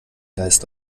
geist